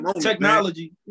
technology